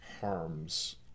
harms